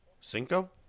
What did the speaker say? Cinco